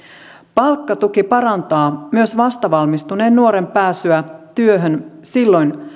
palkkatuki parantaa myös vastavalmistuneen nuoren pääsyä työhön silloin